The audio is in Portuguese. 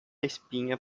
espinha